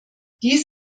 dies